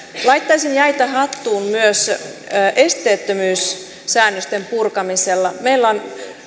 laittaisin jäitä hattuun myös esteettömyyssäännösten purkamisessa meillä on